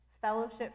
fellowship